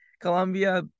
Colombia